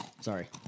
Sorry